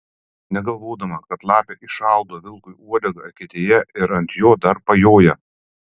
negalvodama kad lapė įšaldo vilkui uodegą eketėje ir ant jo dar pajoja